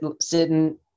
sitting